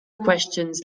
questions